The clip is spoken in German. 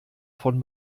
von